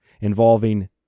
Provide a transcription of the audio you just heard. involving